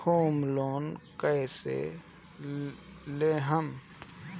Home loan कैसे लेहम?